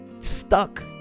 stuck